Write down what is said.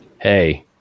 hey